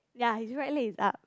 ya his right leg is up